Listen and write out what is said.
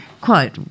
Quote